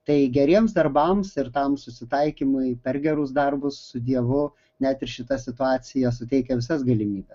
tai geriems darbams ir tam susitaikymui per gerus darbus su dievu net ir šita situacija suteikia visas galimybes